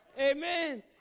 Amen